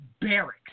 barracks